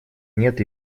нет